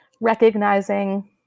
recognizing